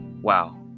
wow